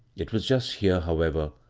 it was just here, however,